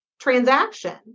transaction